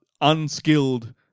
unskilled